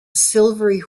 silvery